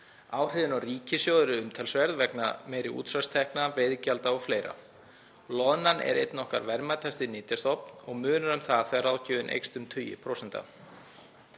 Áhrifin á ríkissjóð eru umtalsverð vegna meiri útsvarstekna, veiðigjalda og fleira. Loðnan er einn okkar verðmætasti nytjastofn og munar um það þegar ráðgjöfin eykst um tugi